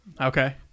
Okay